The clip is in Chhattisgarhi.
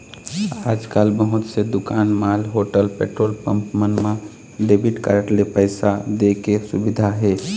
आजकाल बहुत से दुकान, मॉल, होटल, पेट्रोल पंप मन म डेबिट कारड ले पइसा दे के सुबिधा हे